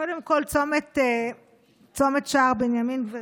קודם כול, צומת שער בנימין, גברתי.